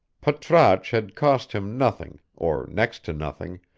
patrasche had cost him nothing, or next to nothing,